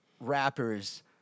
rappers